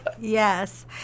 yes